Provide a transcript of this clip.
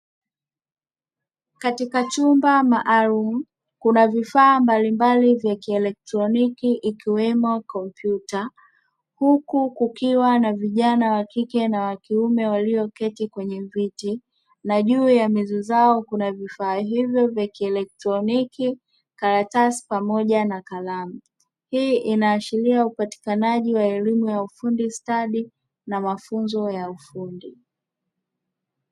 Katika chumba maalumu kuna vifaa mbalimbali vya kielektroniki ikiwemo kompyuta, huku kukiwa na vijana wa kike na wa kiume walioketi kwenye viti na juu ya meza zao kuna: vifaa hivyo vya kielektroniki, karatasi pamoja na kalamu. Hii inaashiria upatikanaji wa elimu ya ufundi stadi na mafunzo ya ufundi.